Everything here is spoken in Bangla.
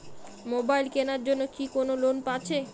মোবাইল কেনার জন্য কি কোন লোন আছে?